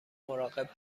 مراقب